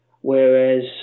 Whereas